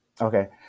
Okay